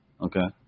Okay